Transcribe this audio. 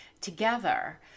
together